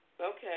okay